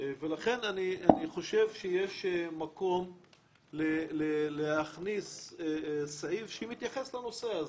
לדעתי יש מקום להכניס סעיף שמתייחס לנושא הזה.